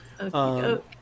Okay